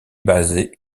basé